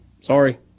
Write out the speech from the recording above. Sorry